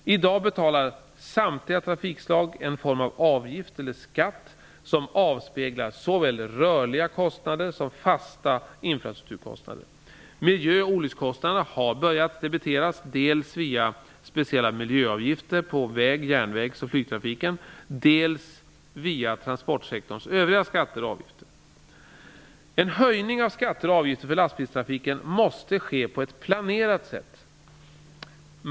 I dag betalar man inom samtliga trafikslag en form av avgift eller skatt som avspeglar såväl rörliga kostnader som fasta infrastrukturkostnader. Miljöoch olyckskostnader har börjat debiteras, dels via speciella miljöavgifter för väg-, järnvägs och flygtrafiken, dels via transportsektorns övriga skatter och avgifter. En höjning av skatter och avgifter för lastbilstrafiken måste ske på ett planerat sätt.